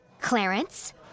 Clarence